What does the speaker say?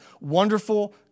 Wonderful